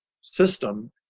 system